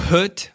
Put